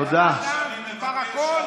עד אז מותר הכול?